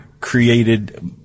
created